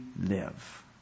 live